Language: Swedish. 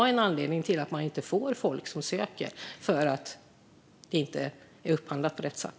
En anledning till att man inte får folk som söker kan också vara att upphandlingarna inte görs på rätt sätt.